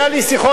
התאגידים התאהבו